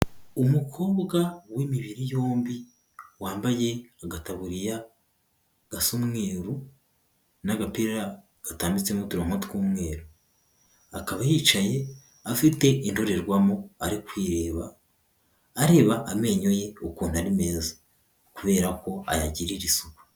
Umukobwa w'imibiri yombi. Wambaye agataburiya gasa umweru, n'agapira gatambitsemo uturonko tw'umweru. Akaba yicaye afite indorerwamo ari kwireba, areba amenyo ye ukuntu meza. Kubera ko ayagirarira isuku.